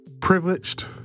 privileged